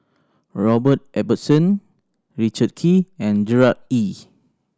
Robert Ibbetson Richard Kee and Gerard Ee